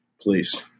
Please